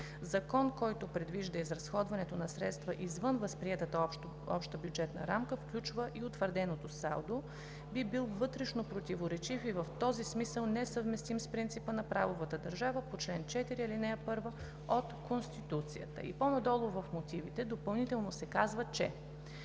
Закон, който предвижда изразходването на средства извън възприетата обща бюджетна рамка, включваща и утвърденото салдо, би бил вътрешно противоречив и в този смисъл –несъвместим с принципа на правовата държава по чл. 4, ал. 1 от Конституцията“. И по-надолу в мотивите допълнително се казва че: